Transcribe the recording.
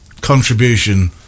contribution